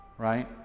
Right